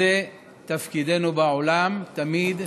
שזה תפקידנו בעולם תמיד,